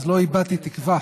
אז לא איבדתי תקווה